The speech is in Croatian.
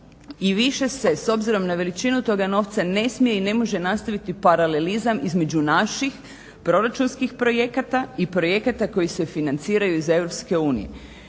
i više se s obzirom na veličinu toga novca ne smije i ne može nastaviti paralelizam između naših proračunskih projekata i projekata koji se financiranju iz